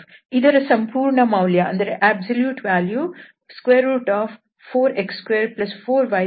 ಇದರ ಸಂಪೂರ್ಣ ಮೌಲ್ಯ ವು 4x24y24z2